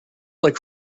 like